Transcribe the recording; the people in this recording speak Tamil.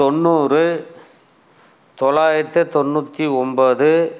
தொண்ணூறு தொள்ளாயிரத்தி தொண்ணூற்றி ஒன்பது